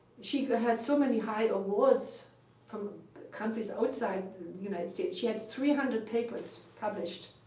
she had so many high awards from countries outside the united states. she had three hundred papers published.